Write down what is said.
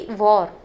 war